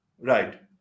Right